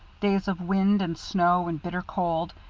days of wind and snow and bitter cold,